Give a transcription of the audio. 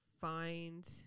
find